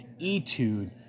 Etude